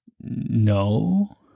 No